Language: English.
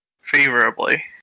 favorably